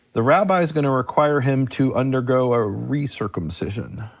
the rabbi's gonna require him to undergo a re-circumcision.